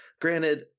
granted